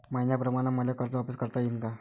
मईन्याप्रमाणं मले कर्ज वापिस करता येईन का?